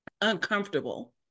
uncomfortable